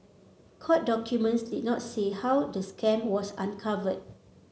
court documents did not say how the scam was uncovered